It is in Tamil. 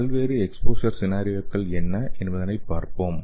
பல்வேறு எக்ஸ்போசர் சினாரியோக்கள் என்ன என்பதைப் பார்ப்போம்